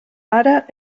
ara